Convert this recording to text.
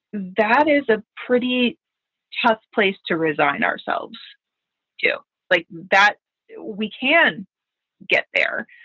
that is a pretty tough place to resign ourselves to like that we can get there.